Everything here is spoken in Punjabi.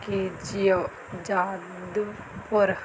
ਕੀ ਜਯ ਜਾਦਵਪੁਰ